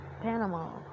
Panama